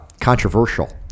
controversial